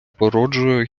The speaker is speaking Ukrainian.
породжує